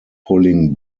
pulling